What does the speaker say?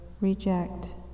reject